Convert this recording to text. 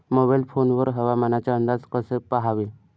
Mobile phone वर हवामानाचे अंदाज कसे पहावे?